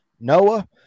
Noah